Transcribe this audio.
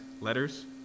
letters